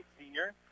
senior